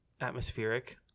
atmospheric